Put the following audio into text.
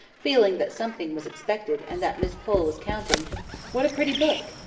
feeling that something was expected, and that miss pole was counting what a pretty book!